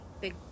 big